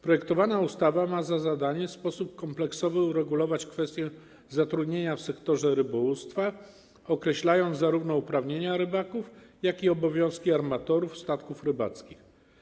Projektowana ustawa ma za zadanie w sposób kompleksowy uregulować kwestię zatrudnienia w sektorze rybołówstwa, określając zarówno uprawnienia rybaków, jak i obowiązki armatorów statków rybackich.